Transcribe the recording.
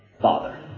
Father